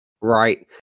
right